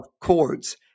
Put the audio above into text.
chords